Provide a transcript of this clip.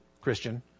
Christian